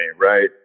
right